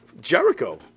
Jericho